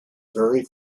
very